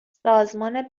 سازمان